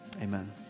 Amen